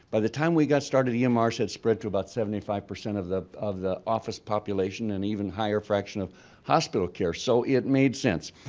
by the time we got started emrs had spread to about seventy five percent of the of the office population and even higher fraction of hospital care so it made sense.